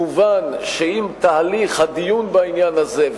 מובן שאם תהליך הדיון בעניין הזה,